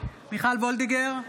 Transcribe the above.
מיכל מרים וולדיגר,